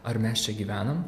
ar mes čia gyvenam